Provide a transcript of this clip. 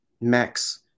Max